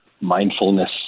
mindfulness